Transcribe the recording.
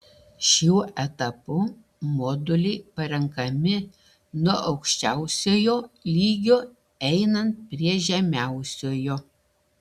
šiuo etapu moduliai parenkami nuo aukščiausiojo lygio einant prie žemiausiojo